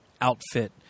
outfit